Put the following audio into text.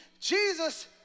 Jesus